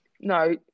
No